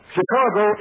Chicago